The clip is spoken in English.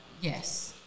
yes